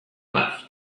left